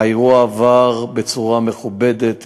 האירוע עבר בצורה מכובדת,